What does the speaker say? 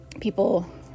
people